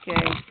Okay